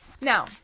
Now